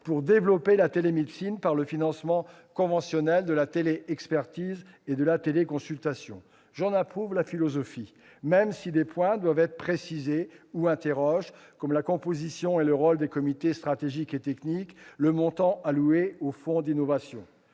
pour développer la télémédecine par le financement conventionnel de la téléexpertise et de la téléconsultation. J'en approuve la philosophie, même si des points doivent être précisés ou posent question, comme la composition et le rôle des comités stratégiques et techniques ou le montant alloué au fonds d'innovation.